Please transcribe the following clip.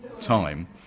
time